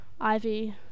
Ivy